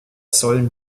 sollen